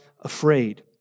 afraid